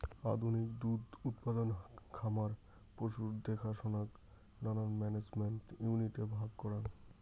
আধুনিক দুধ উৎপাদন খামার পশুর দেখসনাক নানান ম্যানেজমেন্ট ইউনিটে ভাগ করাং